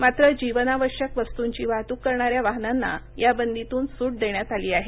मात्र जीवनावश्यक वस्तुंची वाहतूक करणाऱ्या वाहनांना या बंदीतून सूट देण्यात आली आहे